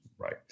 Right